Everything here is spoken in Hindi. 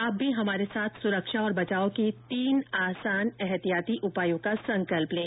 आप भी हमारे साथ सुरक्षा और बचाव के तीन आसान एहतियाती उपायों का संकल्प लें